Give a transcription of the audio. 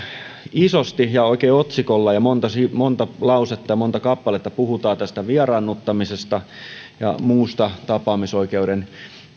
isosti ja oikein otsikolla ja monta monta lausetta ja monta kappaletta puhutaan vieraannuttamisesta ja muusta tapaamisoikeuden